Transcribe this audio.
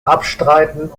abstreiten